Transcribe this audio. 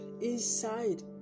inside